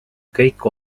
kõik